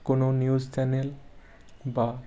কোনো news channel বা